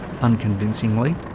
unconvincingly